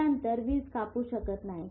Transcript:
हे अंतर वीज कापू शकत नाही